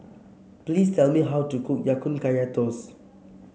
please tell me how to cook Ya Kun Kaya Toast